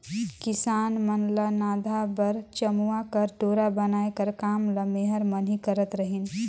किसान मन ल नाधा बर चमउा कर डोरा बनाए कर काम ल मेहर मन ही करत रहिन